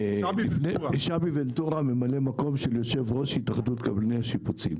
שבי ונטורה, ממלא המקום של יו"ר התאחדות השיפוצים.